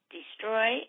destroy